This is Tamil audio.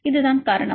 இதுதான் காரணம்